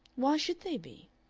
why should they be?